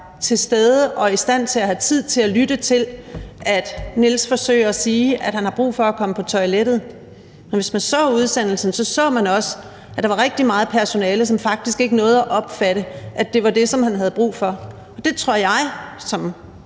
til stede og have tid til at lytte til, at Niels forsøger at sige, at han har brug for at komme på toilettet. Og hvis man så udsendelsen, så man også, at der var rigtig meget personale, som faktisk ikke nåede at opfatte, at det var det, som han havde brug for. Det tror jeg som